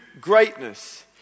greatness